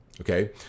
Okay